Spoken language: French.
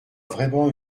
vraiment